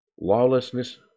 Lawlessness